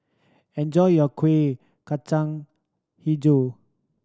enjoy your Kuih Kacang Hijau